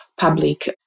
public